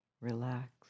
relax